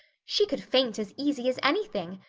she could faint as easy as anything.